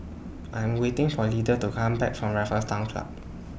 I Am waiting For Lydell to Come Back from Raffles Town Club